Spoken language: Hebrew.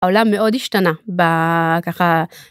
עולם מאוד השתנה בככה.